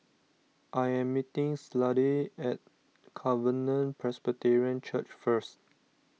I am meeting Slade at Covenant Presbyterian Church first